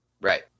Right